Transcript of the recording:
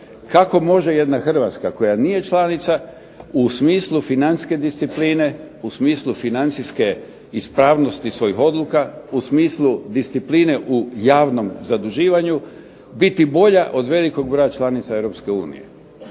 kako može jedna Hrvatska koja nije članica u smislu financijske discipline u smislu financijske ispravnosti svojih odluka u smislu discipline u javnom zaduživanju biti bolja od velikog broja članica EU.